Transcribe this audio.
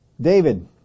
David